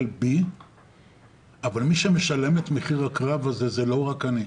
בי אבל מי שמשלם את מחיר הקרב זה לא רק אני,